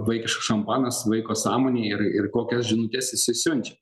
vaikiškas šampanas vaiko sąmonėj ir ir kokias žinutes jisai siunčia